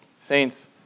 Saints